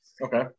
Okay